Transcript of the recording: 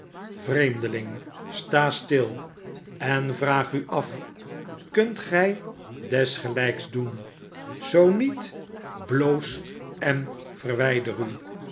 sta stil en vraag u af kunt gjj desgelijks doen zoo niet bloos en verwijder u